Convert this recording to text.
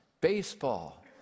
Baseball